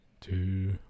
two